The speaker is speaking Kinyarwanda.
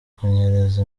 kunyereza